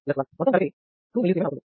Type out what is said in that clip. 5 1" మొత్తం కలిపి 2mS అవుతుంది